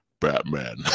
Batman